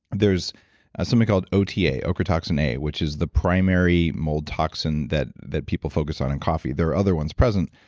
there's ah something called ota, ochratoxin a, which is the primary mold toxin that that people focus on in coffee. there are other ones present.